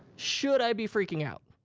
should i be freaking out?